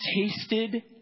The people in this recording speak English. tasted